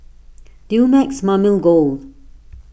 Dumex Mamil Gold